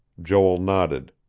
joel nodded.